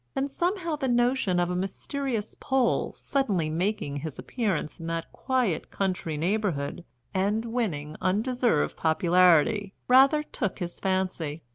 and somehow the notion of a mysterious pole suddenly making his appearance in that quiet country neighbourhood and winning undeserved popularity rather took his fancy.